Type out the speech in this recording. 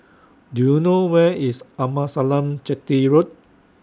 Do YOU know Where IS Amasalam Chetty Road